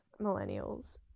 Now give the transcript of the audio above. millennials